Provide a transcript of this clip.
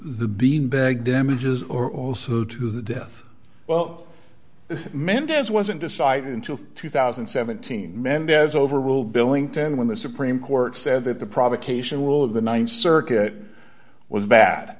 the beanbag damages or also to the death well if mendez wasn't decided until two thousand and seventeen mendez overrule billington when the supreme court said that the provocation rule of the th circuit was bad